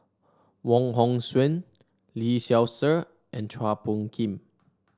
Wong Hong Suen Lee Seow Ser and Chua Phung Kim